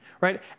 right